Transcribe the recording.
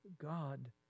God